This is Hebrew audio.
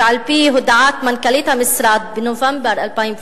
ועל-פי הודעת מנכ"לית המשרד בנובמבר 2008